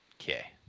okay